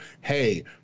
hey